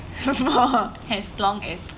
as long as